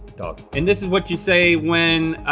dog. and this is what you say when,